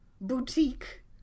boutique